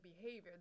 behavior